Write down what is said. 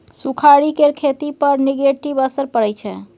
सुखाड़ि केर खेती पर नेगेटिव असर परय छै